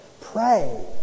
pray